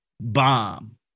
bomb